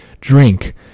drink